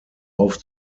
auf